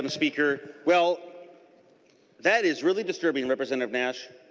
and speaker. well that is really disturbing representative nash.